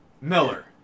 Miller